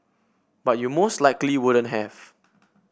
but you most likely wouldn't have